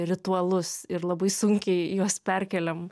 ritualus ir labai sunkiai juos perkeliam